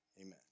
amen